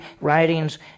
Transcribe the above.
writings